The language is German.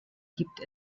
gibt